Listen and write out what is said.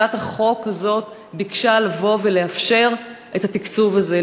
הצעת החוק הזאת הייתה לאפשר את התקצוב הזה.